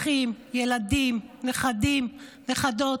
אחים, ילדים, נכדים, נכדות,